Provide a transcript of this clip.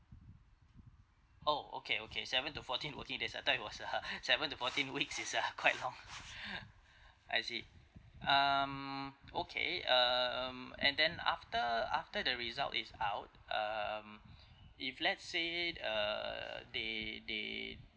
oh okay okay seven to fourteen working days I thought it was uh seven to fourteen weeks is uh quite long I see um okay um and then after after the result is out um if let's say uh they they